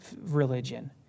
religion